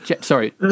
Sorry